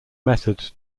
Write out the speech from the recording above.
method